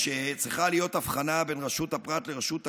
שצריכה להיות הבחנה בין רשות הפרט לרשות הכלל.